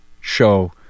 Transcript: show